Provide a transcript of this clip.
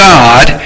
God